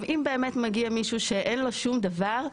אם באמת מגיע מישהו שאין לו שום דבר,